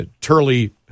Turley